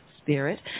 spirit